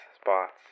spots